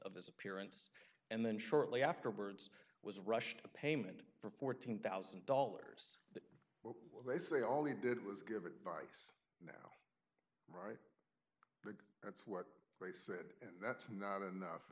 of his appearance and then shortly afterwards was rushed the payment for fourteen thousand dollars they say all he did was give advice right that's what they said and that's not enough